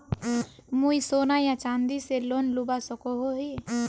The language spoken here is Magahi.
मुई सोना या चाँदी से लोन लुबा सकोहो ही?